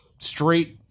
straight